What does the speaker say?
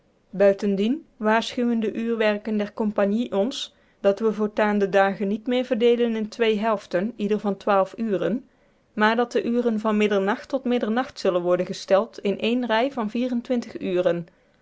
buitendien waarschuwen de uurwerken der compagnie ons dat we voortaan de dagen niet meer verdeelen in twee helften ieder van twaalf uren maar dat de uren van middernacht tot middernacht zullen worden gesteld in ééne rij van vier-en-twintig uren